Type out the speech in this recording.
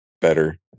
better